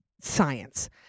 science